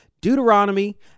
Deuteronomy